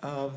of